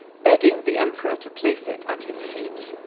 begging the emperor to place it at his feet.